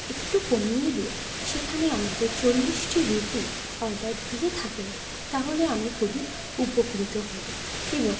একটু কমিয়ে দিয়ে সেখানে আমাকে চল্লিশটি রুটি অর্ডার দিয়ে থাকেন তাহলে আমি খুবই উপকৃত হব এবং